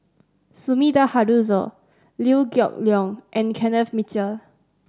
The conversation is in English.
Sumida Haruzo Liew Geok Leong and Kenneth Mitchell